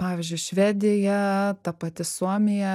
pavyzdžiui švedija ta pati suomija